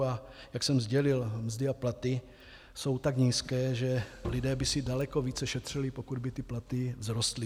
A jak jsem sdělil, mzdy a platy jsou tak nízké, že lidé by si daleko více šetřili, pokud by ty platy vzrostly.